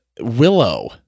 Willow